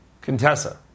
Contessa